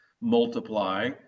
multiply